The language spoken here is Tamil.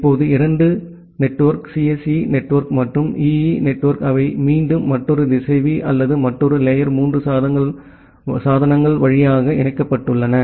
இப்போது இந்த 2 நெட்வொர்க் சிஎஸ்இ நெட்வொர்க் மற்றும் ஈஇ நெட்வொர்க் அவை மீண்டும் மற்றொரு திசைவி அல்லது மற்றொரு லேயர் 3 சாதனங்கள் வழியாக இணைக்கப்பட்டுள்ளன